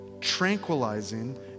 tranquilizing